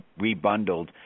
rebundled